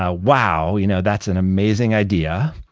ah wow, you know that's an amazing idea.